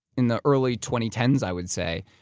in the early twenty ten s, i would say.